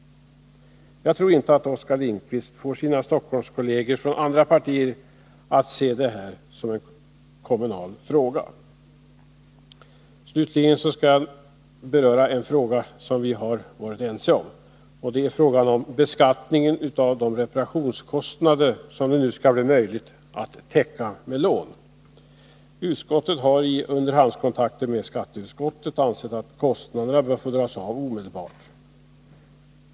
Jag tror inte att Oskar Lindkvist får sina Stockholmskolleger från andra partier att se det här som en kommunal fråga. Slutligen skall jag något beröra en fråga som vi har varit ense om. Det är frågan om beskattningen av de reparationskostnader som det nu skall bli möjligt att täcka med lån. Civilutskottet har, i underhandskontakt med skatteutskottet, ansett att kostnaderna bör få dras av omedelbart.